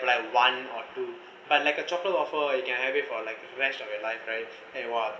for like one or two but like a chocolate waffle you can have it for like the rest of your life right and what